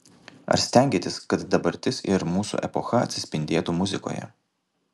ar stengiatės kad dabartis ir mūsų epocha atsispindėtų muzikoje